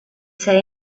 say